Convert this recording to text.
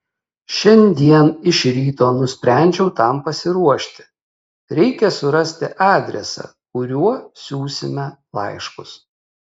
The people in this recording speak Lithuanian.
šiandien iš ryto nusprendžiau tam pasiruošti reikia surasti adresą kuriuo siųsime laiškus